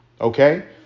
Okay